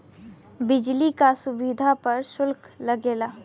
बिजली क सुविधा पर सुल्क लगेला